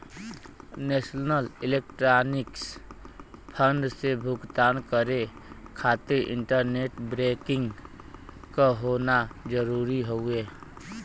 national Electronics Fund से भुगतान करे खातिर इंटरनेट बैंकिंग क होना जरुरी हउवे